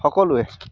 সকলোৱে